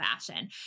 fashion